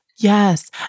Yes